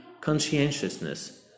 conscientiousness